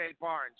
Barnes